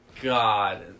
god